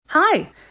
Hi